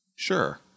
Sure